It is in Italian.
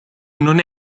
non